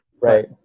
Right